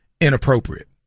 inappropriate